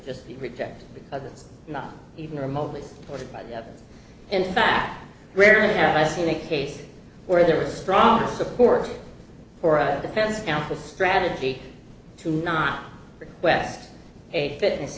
just pretend because it's not even remotely in fact rarely have i seen a case where there is a strong support for a defense counsel strategy to not request a fitness